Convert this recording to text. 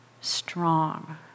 strong